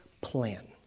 plan